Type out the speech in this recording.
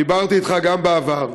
דיברתי אתך גם בעבר,